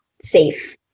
safe